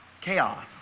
chaos